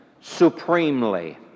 supremely